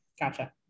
Gotcha